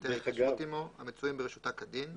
ופרטי ההתקשרות עמו המצויים ברשותה כדין,